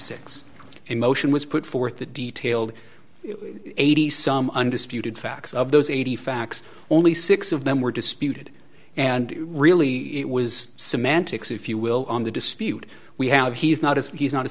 six a motion was put forth a detailed eighty some undisputed facts of those eighty facts only six of them were disputed and really it was semantics if you will on the dispute we have he is not as he is not a